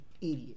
idiot